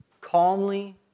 calmly